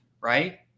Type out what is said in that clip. right